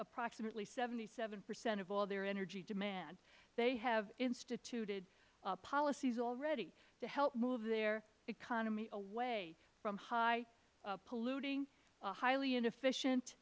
approximately seventy seven percent of all their energy demand they have instituted policies already to help move their economy away from high polluting highly inefficient